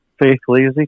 faithfully